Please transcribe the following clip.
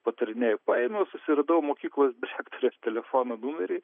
patarinėju paėmiau susiradau mokyklos direktorės telefono numerį